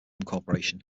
corporation